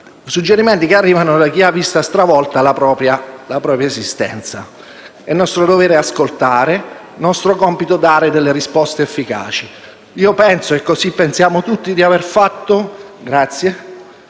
suggerimenti che arrivano da chi ha visto stravolta la propria esistenza. È nostro dovere ascoltare, nostro compito dare delle risposte efficaci. Io penso, e così pensiamo tutti, di aver fatto, con le